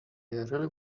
really